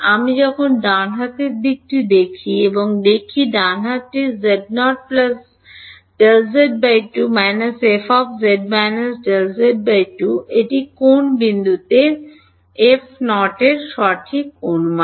আমি যখন ডান হাতের দিকটি দেখি এবং দেখি ডান হাতটি f z0 Δz 2 f z Δz 2 এটি কোন বিন্দুতে f of এর সঠিক অনুমান